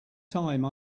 time